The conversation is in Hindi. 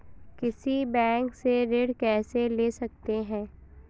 किसी बैंक से ऋण कैसे ले सकते हैं?